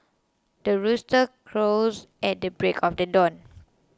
the rooster crows at the break of the dawn